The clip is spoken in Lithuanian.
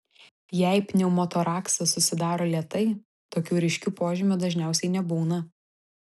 jei pneumotoraksas susidaro lėtai tokių ryškių požymių dažniausiai nebūna